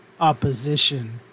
opposition